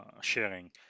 sharing